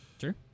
Sure